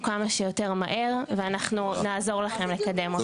כמה שיותר מהר ואנחנו נעזור לכם לקדם אותו.